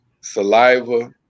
saliva